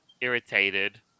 irritated